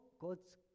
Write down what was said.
God's